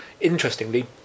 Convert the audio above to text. interestingly